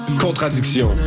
Contradiction